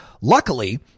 Luckily